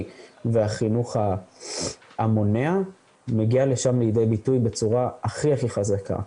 והחינוך המונע מגיע שם לידי ביטוי בצורה הכי הכי חזקה.